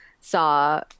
saw